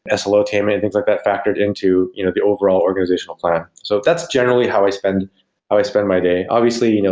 slo attainment and things like that factored into you know the overall organization plan. so that's generally how i spend i spend my day. obviously, you know